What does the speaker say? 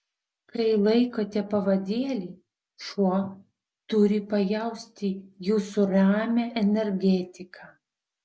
kai laikote pavadėlį šuo turi pajausti jūsų ramią energetiką